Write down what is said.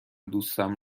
دوستم